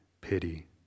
pity